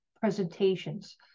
presentations